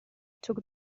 took